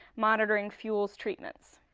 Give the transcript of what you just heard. monitoring fuels treatments.